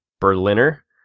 Berliner